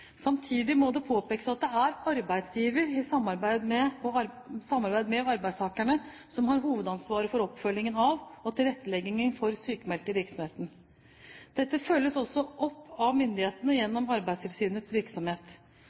Samtidig må det påpekes at det er arbeidsgiver i samarbeid med arbeidstakerne som har hovedansvaret for oppfølging av og tilrettelegging for sykmeldte i virksomhetene. Dette følges også opp av myndighetene gjennom Arbeidstilsynets virksomhet.